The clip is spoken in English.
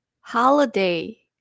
holiday